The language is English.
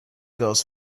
goes